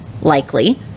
likely